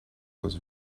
was